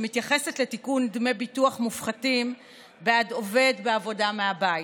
שמתייחסת לתיקון לדמי ביטוח מופחתים בעד עובד בעבודה מהבית.